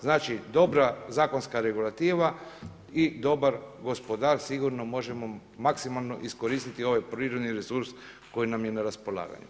Znači dobra zakonska regulativa i dobar gospodar sigurno možemo maksimalno iskoristiti ovaj prirodni resurs koji nam je na raspolaganju.